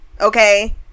okay